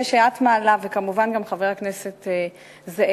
הנושא שאת מעלה וכמובן גם חבר הכנסת זאב,